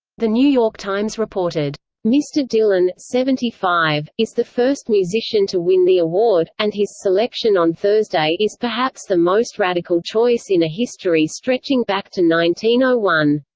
the new york times reported mr. dylan, seventy five, is the first musician to win the award, and his selection on thursday is perhaps the most radical choice in a history stretching back to ah one